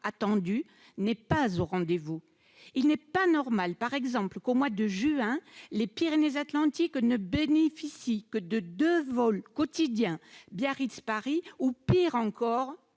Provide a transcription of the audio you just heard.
attendue, n'est pas au rendez-vous. Il n'est pas normal, par exemple, que, au mois de juin, les Pyrénées-Atlantiques ne bénéficient que de deux vols quotidiens entre Biarritz et Paris ou, pis encore,